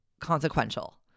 consequential